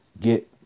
get